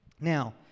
Now